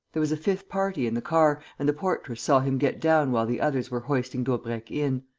there was a fifth party in the car and the portress saw him get down while the others were hoisting daubrecq in.